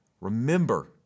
remember